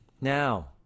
Now